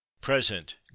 Present